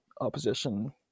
opposition